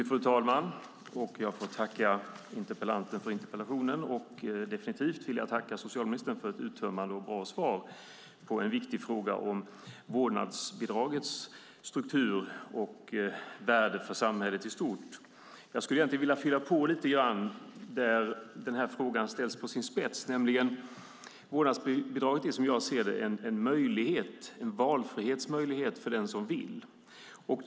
Fru talman! Jag får tacka interpellanten för interpellationen. Definitivt vill jag tacka socialministern för ett uttömmande och bra svar på en viktig fråga om vårdnadsbidragets struktur och värde för samhället i stort. Egentligen skulle jag lite grann vilja fylla på där frågan ställs på sin spets. Vårdnadsbidraget är, som jag ser det, en valfrihetsmöjlighet för den som vill utnyttja det.